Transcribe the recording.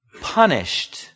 punished